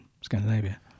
Scandinavia